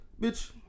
Bitch